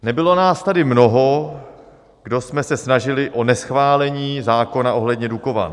Nebylo nás tady mnoho, kdo jsme se snažili o neschválení zákona ohledně Dukovan.